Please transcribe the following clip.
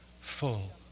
full